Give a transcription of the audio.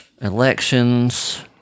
elections